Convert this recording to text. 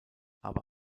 aber